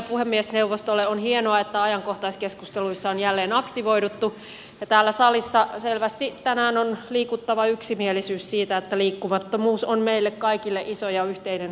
on hienoa että ajankohtaiskeskusteluissa on jälleen aktivoiduttu ja täällä salissa selvästi on tänään liikuttava yksimielisyys siitä että liikkumattomuus on meille kaikille iso ja yhteinen haaste